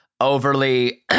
overly